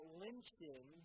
lynching